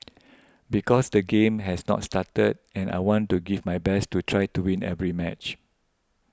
because the game has not started and I want to give my best to try to win every match